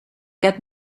get